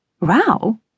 Row